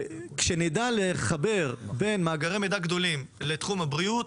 וכשנדע לחבר בין מאגרי מידע גדולים לתחום הבריאות,